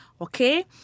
okay